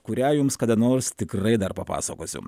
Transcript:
kurią jums kada nors tikrai dar papasakosiu